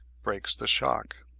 breaks the shock.